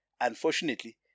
unfortunately